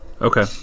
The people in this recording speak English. Okay